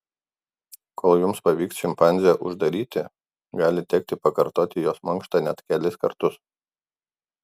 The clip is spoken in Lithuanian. kol jums pavyks šimpanzę uždaryti gali tekti pakartoti jos mankštą net kelis kartus